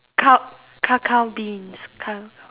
ca~ cacao beans cacao beans